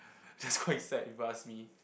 just now he sat with us me